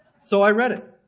so i read it